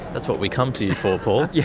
that's what we come to you for, paul! yeah